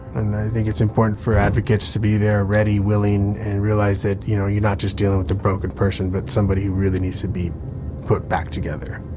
think it's important for advocates to be there, ready, willing, and realize that, you know, you're not just dealing with a broken person but somebody who really needs to be put back together.